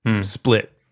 split